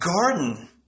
garden